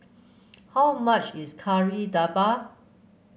how much is Kari Debal